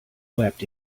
wept